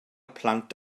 plant